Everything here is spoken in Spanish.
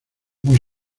muy